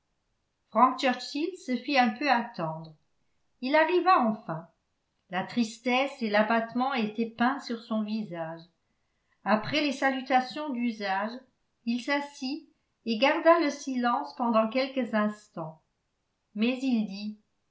se fit un peu attendre il arriva enfin la tristesse et l'abattement étaient peints sur son visage après les salutations d'usage il s'assit et garda le silence pendant quelques instants mais il dit